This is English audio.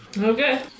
Okay